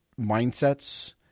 mindsets